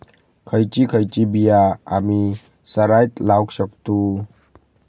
खयची खयची बिया आम्ही सरायत लावक शकतु?